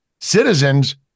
citizens